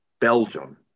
Belgium